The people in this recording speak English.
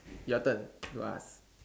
your turn to ask